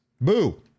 boo